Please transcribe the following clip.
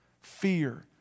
fear